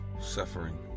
suffering